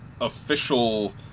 official